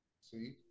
See